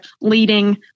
leading